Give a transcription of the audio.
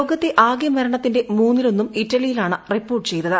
ലോകത്തെ ആകെ മരണത്തിന്റെ മൂന്നിലൊന്നും ഇറ്റലിയിലാണ് റിപ്പോർട്ട് ചെയ്തത്